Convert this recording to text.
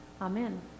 Amen